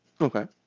okay